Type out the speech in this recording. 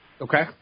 Okay